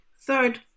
third